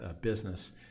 business